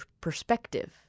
perspective